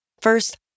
First